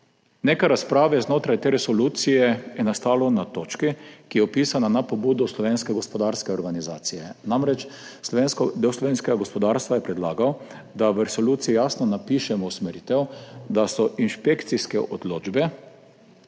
Nekaj razprave znotraj te resolucije je nastalo na točki, ki je vpisana na pobudo slovenske gospodarske organizacije. Del slovenskega gospodarstva je namreč predlagal, da v resoluciji jasno napišemo usmeritev, da so inšpekcijske odločbe,